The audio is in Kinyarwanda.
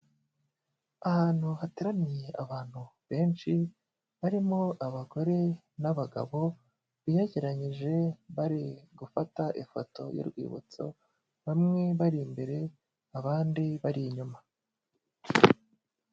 Ahantu hateraniye abantu benshi, barimo abagore n'abagabo, biyegeranyije bari gufata ifoto y'urwibutso, bamwe bari imbere abandi bari inyuma.